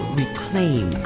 reclaim